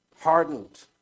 hardened